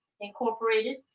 Incorporated